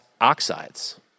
oxides